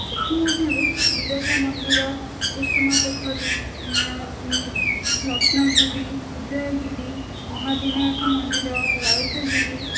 ସେଥିମଧ୍ୟରୁ ବିରଜା ମନ୍ଦିର କୁସୁମ ପୋଖରୀ ରତ୍ନଗିରୀ ଉଦୟଗିରୀ ମହାବିନାୟକ ମନ୍ଦିର ଲଳିତଗିରୀ